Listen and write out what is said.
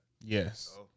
Yes